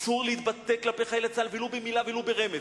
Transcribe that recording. אסור להתבטא כלפי חיילי צה"ל, ולו במלה ולו ברמז,